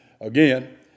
Again